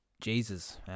Jesus